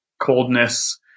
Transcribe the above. coldness